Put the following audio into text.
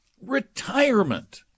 retirement